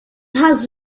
has